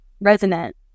resonant